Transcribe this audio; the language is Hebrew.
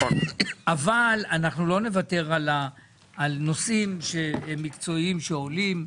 אבל אנחנו לא נוותר על נושאים שמקצועיים שעולים,